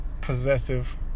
possessive